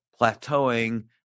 plateauing